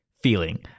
feeling